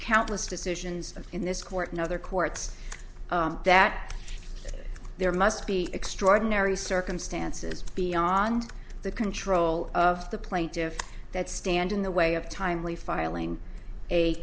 countless decisions in this court no other courts that there must be extraordinary circumstances beyond the control of the plaintiffs that stand in the way of timely filing a